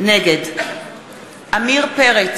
נגד עמיר פרץ,